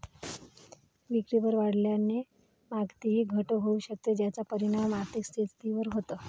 विक्रीकर वाढल्याने मागणीतही घट होऊ शकते, ज्याचा परिणाम आर्थिक स्थितीवर होतो